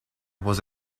was